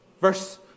Verse